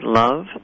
love